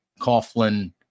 Coughlin